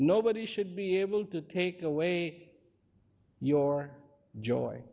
nobody should be able to take away your joy